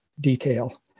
detail